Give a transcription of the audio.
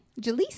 Jaleesa